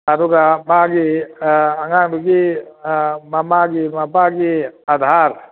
ꯑꯗꯨꯒ ꯃꯥꯒꯤ ꯑꯉꯥꯡꯗꯨꯒꯤ ꯃꯃꯥꯒꯤ ꯃꯄꯥꯒꯤ ꯑꯥꯗꯥꯔ